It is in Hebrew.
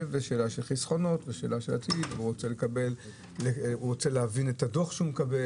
יש גם שאלה של חסכונות אדם רוצה להבין את הדוח שהוא מקבל.